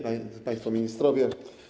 Państwo Ministrowie!